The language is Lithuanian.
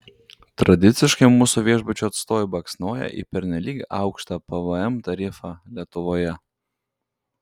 tradiciškai mūsų viešbučių atstovai baksnoja į pernelyg aukštą pvm tarifą lietuvoje